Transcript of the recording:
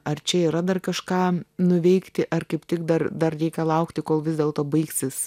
ar čia yra dar kažką nuveikti ar kaip tik dar dar reikia laukti kol vis dėlto baigsis